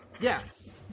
yes